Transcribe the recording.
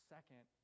Second